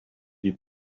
die